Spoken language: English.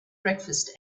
breakfast